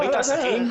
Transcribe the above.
מרבית העסקים,